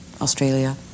Australia